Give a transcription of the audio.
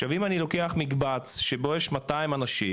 עכשיו אם אני לוקח מקבץ שבו יש 200 אנשים